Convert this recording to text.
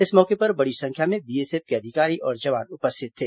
इस मौके पर बड़ी संख्या में बीएसएफ के अधिकारी और जवान उपस्थित थे